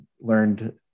learned